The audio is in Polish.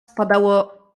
padało